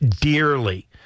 dearly